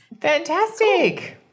fantastic